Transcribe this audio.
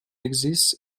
exists